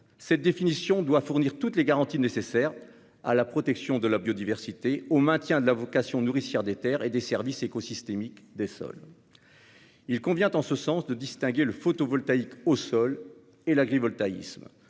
Cette définition doit fournir toutes les garanties nécessaires à la protection de la biodiversité et au maintien de la vocation nourricière des terres et des services écosystémiques des sols. Il convient, en ce sens, de distinguer le photovoltaïque au sol et l'agrivoltaïsme.